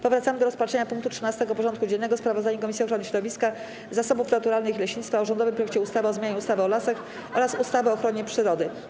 Powracamy do rozpatrzenia punktu 13. porządku dziennego: Sprawozdanie Komisji Ochrony Środowiska, Zasobów Naturalnych i Leśnictwa o rządowym projekcie ustawy o zmianie ustawy o lasach oraz ustawy o ochronie przyrody.